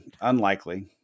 unlikely